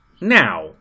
now